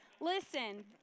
Listen